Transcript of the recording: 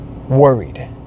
Worried